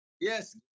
Yes